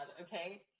okay